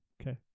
Okay